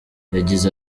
yagize